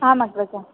आम् अग्रज